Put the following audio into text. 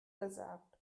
gesagt